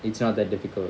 it's not that difficult